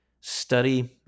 study